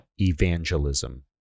evangelism